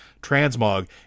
transmog